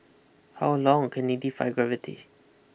how long can he defy gravity